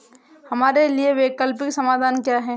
हमारे लिए वैकल्पिक समाधान क्या है?